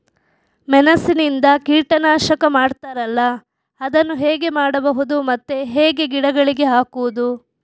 ಮೆಣಸಿನಿಂದ ಕೀಟನಾಶಕ ಮಾಡ್ತಾರಲ್ಲ, ಅದನ್ನು ಹೇಗೆ ಮಾಡಬಹುದು ಮತ್ತೆ ಹೇಗೆ ಗಿಡಗಳಿಗೆ ಹಾಕುವುದು?